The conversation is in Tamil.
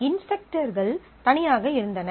இன்ஸ்ட்ரக்டர்கள் தனியாக இருந்தன